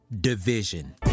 division